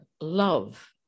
love